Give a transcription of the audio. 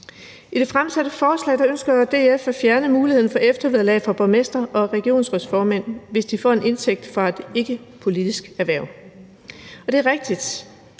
I det fremsatte forslag ønsker DF at fjerne muligheden for eftervederlag for borgmestre og regionsrådsformænd, hvis de får en indtægt fra et ikkepolitisk erhverv. Og det er rigtigt,